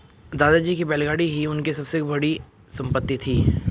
दादाजी की बैलगाड़ी ही उनकी सबसे बड़ी संपत्ति थी